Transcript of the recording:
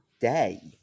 day